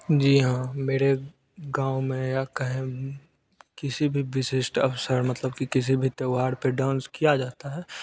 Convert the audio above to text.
जी हाँ मेरे गाँव में या कहें किसी भी विशिष्ट अफसर मतलब कि किसी भी त्योहार पर डांस किया जाता है